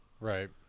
right